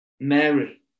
Mary